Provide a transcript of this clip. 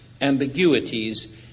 ambiguities